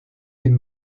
den